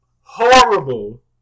horrible